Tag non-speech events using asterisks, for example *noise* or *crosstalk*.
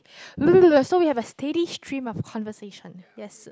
*noise* so we have a steady stream of conversation yes